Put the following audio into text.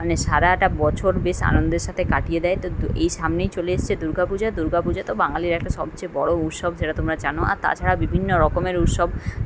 মানে সারাটা বছর বেশ আনন্দের সাথে কাটিয়ে দেয় তো তো এই সামনেই চলে এসছে দুর্গা পূজা দুর্গা পূজা তো বাঙালির একটা সবচেয়ে বড়ো উৎসব যেটা তোমরা জানো আর তাছাড়া বিভিন্ন রকমের উৎসব